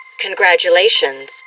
Congratulations